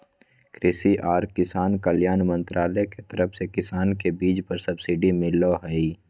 कृषि आर किसान कल्याण मंत्रालय के तरफ से किसान के बीज पर सब्सिडी मिल लय हें